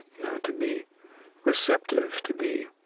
know, to be receptive, to be